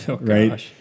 right